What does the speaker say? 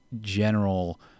general